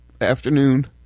afternoon